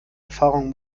erfahrung